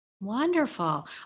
wonderful